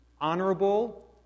honorable